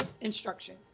instruction